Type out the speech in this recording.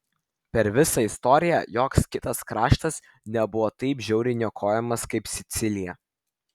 per visą istoriją joks kitas kraštas nebuvo taip žiauriai niokojamas kaip sicilija